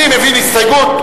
אני מבין הסתייגות,